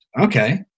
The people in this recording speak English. Okay